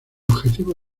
objetivo